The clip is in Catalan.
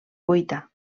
cuita